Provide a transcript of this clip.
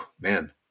Man